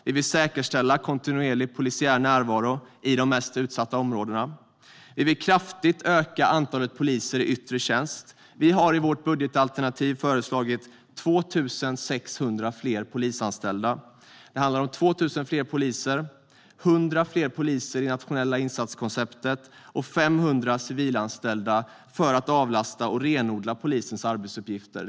Vi vill säkerställa kontinuerlig polisiär närvaro i de mest utsatta områdena. Vi vill kraftigt öka antalet poliser i yttre tjänst. Vi har i vårt budgetalternativ föreslagit 2 600 fler polisanställda. Det handlar om 2 000 fler poliser, 100 fler poliser i det nationella insatskonceptet och 500 civilanställda för att avlasta och renodla polisens arbetsuppgifter.